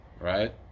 right